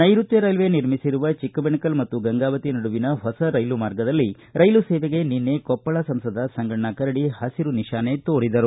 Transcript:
ನೈರುತ್ಯ ರೈಲ್ವೆ ನಿರ್ಮಿಸಿರುವ ಚಿಕ್ಕಬೇಣಕಲ್ ಮತ್ತು ಗಂಗಾವತಿ ನಡುವಿನ ಹೊಸ ರೈಲು ಮಾರ್ಗದಲ್ಲಿ ರೈಲು ಸೇವೆಗೆ ನಿನ್ನೆ ಕೊಪ್ಪಳ ಸಂಸದ ಸಂಗಣ್ಣ ಕರಡಿ ಹಸಿರು ನಿಶಾನೆ ತೋರಿದರು